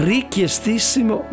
Richiestissimo